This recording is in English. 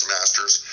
Masters